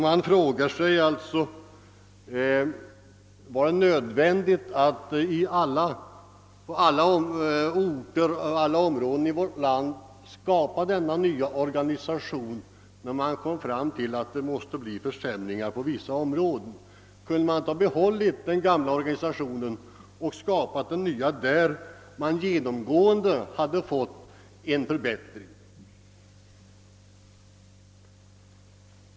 Jag frågar mig om det verkligen var nödvändigt att genomföra denna nya organisation på alla orter i landet, när man ju redan på förhand kunde se att det skulle leda till försämringar i vissa områden. Kunde man inte behållit den gamla organisationen på sådana orter och genomfört den nya bara där man fick förbättringar?